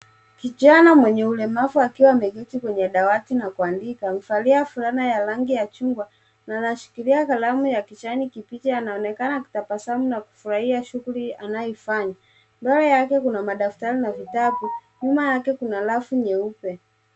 Kijana mwenye ulemavu akiwa ameketi kwenye dawati na kuandika amevalia fulana ya rangi ya chungwa na anashikilia kalamu ya kijani kibichi. Anaonekana akitabasamu na kufurahia shughuli anayoifanya. Mbele yake kuna madaftari na vitabu. Nyuma yake kuna rafu nyeupe.